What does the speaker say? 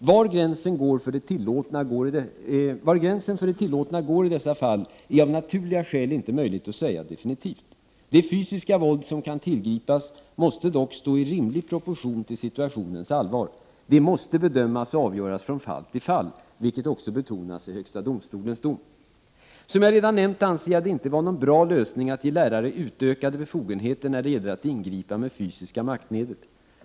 Var gränsen för det tillåtna går i dessa fall är av naturliga skäl inte möjligt att säga definitivt. Det fysiska våld som kan tillgripas måste dock stå i rimlig proportion till situationens allvar. Detta måste bedömas och avgöras från fall till fall, vilket också betonas i HD:s dom. Som jag redan nämnt anser jag det inte vara någon bra lösning att ge lärare utökade befogenheter när det gäller att ingripa med fysiska maktmedel.